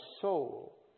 soul